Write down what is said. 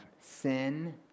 sin